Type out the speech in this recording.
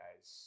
guys